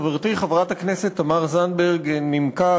חברתי חברת הכנסת תמר זנדברג נימקה,